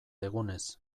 egunez